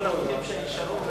מראש את כל העובדים שנשארו,